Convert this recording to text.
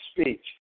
speech